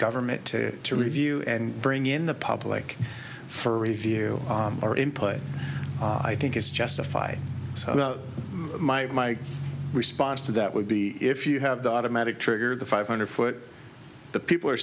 government to to review and bring in the public for review or input i think is justified so my response to that would be if you have the automatic trigger the five hundred foot the people are